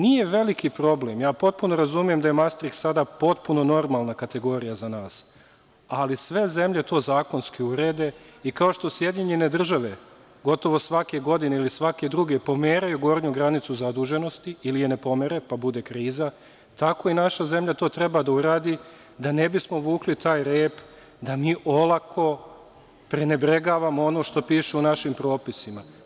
Nije veliki problem, ja potpuno razumem da je mastriks sada potpuno normalna kategorija za nas, ali sve zemlje to zakonski urede i kao što SAD gotovo svake godine ili svake druge pomeraju gornju granicu zaduženosti ili je ne pomere, pa bude kriza, tako i naša zemlja to treba da uradi da ne bismo vukli taj rep, da mi olako prenebregavamo ono što piše u našim propisima.